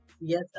Yes